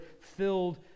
filled